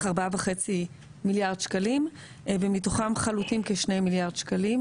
4.5 מיליארד שקלים ומתוכם חלוטים כשני מיליארד שקלים,